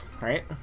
Right